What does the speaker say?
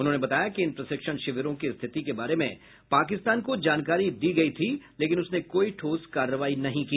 उन्होंने बताया कि इन प्रशिक्षण शिविरों की स्थिति के बारे में पाकिस्तान को जानकारी दी गई थी लेकिन उसने कोई ठोस कार्रवाई नहीं की